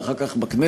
ואחר כך בכנסת,